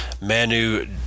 Manu